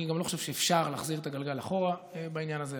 אני גם לא חושב שאפשר להחזיר את הגלגל אחורה בעניין הזה.